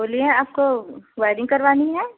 बोलिए आपको वायरिंग करवानी है